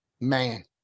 Man